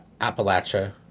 Appalachia